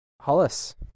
Hollis